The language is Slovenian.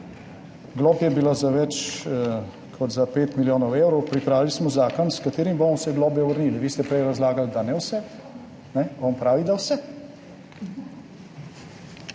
»Glob je bilo več kot za 5 milijonov evrov. Pripravili smo zakon, s katerim bomo vse globe vrnili.« Vi ste prej razlagali, da ne vseh, on pravi, da vse.